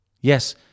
Yes